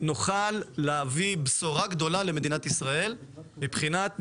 נוכל להביא בשורה גדולה למדינת ישראל מבחינת ניהול.